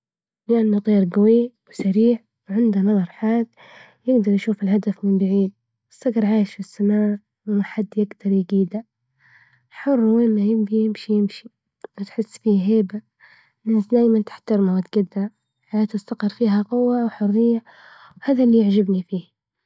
لإن نظيرة قوي وسريع، وعنده نظر حاد يقدر يشوف الهدف من بعيد ، الصقر عايش السماء، وما حد يقدر يجيده، حر وين ما يبغي، يمشي يمشي تحس فيه هيبة، الناس دايما تحترمه وتجدرة، حياة الصقر فيها قوة ، هذا اللي يعجبني فيه.